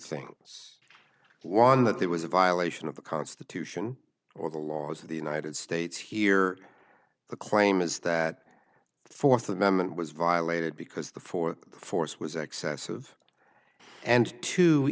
things one that there was a violation of the constitution or the laws of the united states here the claim is that fourth amendment was violated because the four force was excessive and t